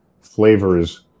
flavors